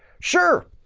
sure.